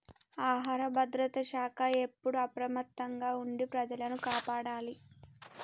ఆహార భద్రత శాఖ ఎప్పుడు అప్రమత్తంగా ఉండి ప్రజలను కాపాడాలి